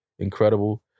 Incredible